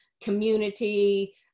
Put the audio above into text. community